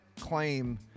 Claim